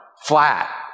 flat